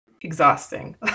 exhausting